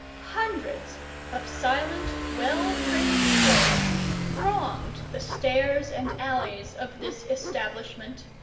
hundreds of silent, well-trained slaves thronged the stairs and alleys of this establishment,